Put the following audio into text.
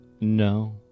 No